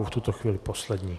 V tuto chvíli poslední.